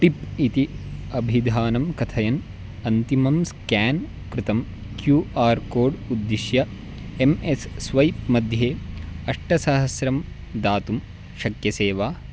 tip इति अभिधानं कथयन् अन्तिमं स्केन् कृतं क्यू आर् कोड् उद्दिश्य एम् एस् स्वैप् मध्ये अष्टसहस्रं दातुं शक्यसे वा